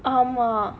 ஆமா:aamaa